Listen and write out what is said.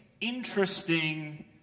interesting